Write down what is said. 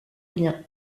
rien